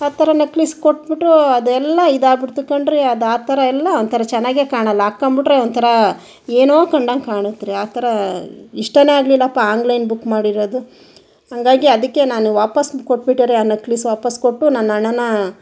ಆ ಥರ ನಕ್ಲಿಸ್ ಕೊಟ್ಟು ಬಿಟ್ಟು ಅದೆಲ್ಲ ಇದಾಗಿ ಬಿಡ್ತು ಕಾಣ್ರಿ ಅದು ಆ ಥರ ಎಲ್ಲ ಒಂಥರ ಚೆನ್ನಾಗೇ ಕಾಣೋಲ್ಲ ಹಕ್ಕಂಬುಟ್ರೆ ಒಂಥರ ಏನೋ ಕಂಡಂಗೆ ಕಾಣುತ್ರಿ ಆ ಥರ ಇಷ್ಟನೇ ಆಗಲಿಲ್ಲಪ್ಪ ಆನ್ಲೈನ್ ಬುಕ್ ಮಾಡಿರೋದು ಹಾಗಾಗಿ ಅದಕ್ಕೆ ನಾನು ವಾಪಾಸ್ ಕೊಟ್ಟು ಬಿಟ್ಟು ರೀ ಆ ನಕ್ಲಿಸ್ ವಾಪಾಸ್ ಕೊಟ್ಟು ನನ್ನ ಹಣಾನ